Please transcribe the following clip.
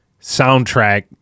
soundtrack